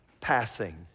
passing